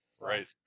Right